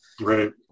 Right